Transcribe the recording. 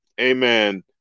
amen